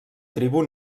tribu